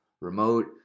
remote